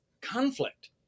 conflict